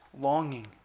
longing